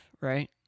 right